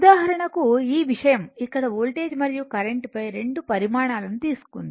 ఉదాహరణకు ఈ విషయం ఇక్కడ వోల్టేజ్ మరియు కరెంట్ పై రెండు పరిమాణాలను తీసుకుంది